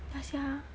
ya sia